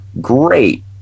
Great